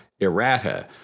Errata